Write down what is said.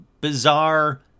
bizarre